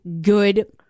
good